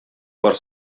бар